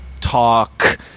talk